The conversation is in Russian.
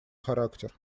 характер